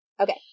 okay